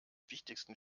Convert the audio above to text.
wichtigsten